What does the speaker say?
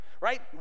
right